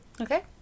okay